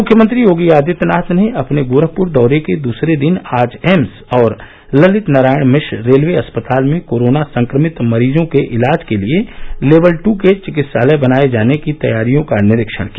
मुख्यमंत्री योगी आदित्यनाथ ने अपने गोरखपुर दौरे के दूसरे दिन आज एम्स और ललित नारायण मिश्र रेलवे अस्पताल में कोरोना संक्रमित मरीजों के इलाज के लिए लेवल ट् के चिकित्सालय बनाये जाने की तैयारियों का निरीक्षण किया